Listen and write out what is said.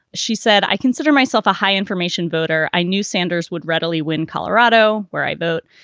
she said, i consider myself a high information voter. i knew sanders would readily win colorado, where i vote.